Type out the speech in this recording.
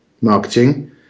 marketing